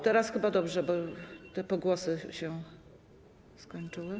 Teraz chyba dobrze, bo ten pogłos się skończył.